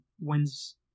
wins